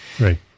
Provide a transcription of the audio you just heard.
Right